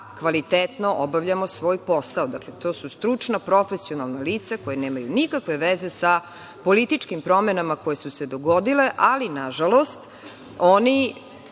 kvalitetno obavljamo svoj posao. To su stručna, profesionalna lica koja nemaju nikakve veze sa političkim promenama koje su se dogodile, ali, nažalost, oni